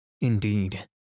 Indeed